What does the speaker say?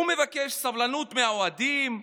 הוא מבקש מהאוהדים סבלנות,